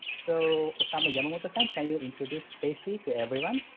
so osamu yamamoto-san, can you introduce stacey to everyone?